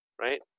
Right